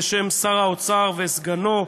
בשם שר האוצר וסגנו,